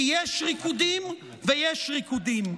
כי יש ריקודים ויש ריקודים.